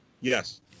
Yes